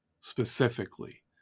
specifically